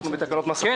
אני